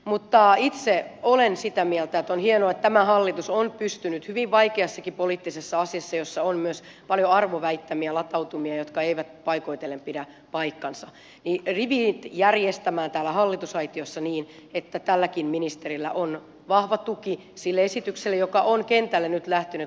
mutta itse olen sitä mieltä että on hienoa että tämä hallitus on pystynyt hyvin vaikeassakin poliittisessa asiassa jossa on myös paljon arvoväittämiä latautumia jotka eivät paikoitellen pidä paikkaansa rivit järjestämään täällä hallitusaitiossa niin että tälläkin ministerillä on vahva tuki sille esitykselle joka on kentälle nyt lähtenyt lausuntokierrokselle